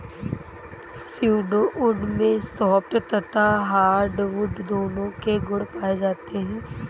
pseudo wood में soft तथा hardwood दोनों के गुण पाए जाते हैं